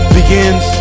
begins